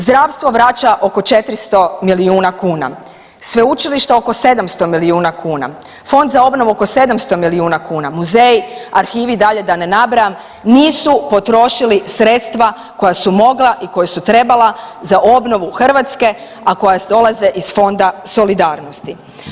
Zdravstvo vraća oko 400 milijuna kuna, sveučilišta oko 700 milijuna kuna, Fond za obnovu oko 700 milijuna kuna, muzeji, arhivi i dalje da ne nabrajam nisu potrošili sredstva koja su mogla i koja su trebala za obnovu Hrvatske, a koja dolaze iz Fonda solidarnosti.